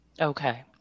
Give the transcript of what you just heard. Okay